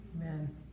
Amen